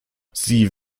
sie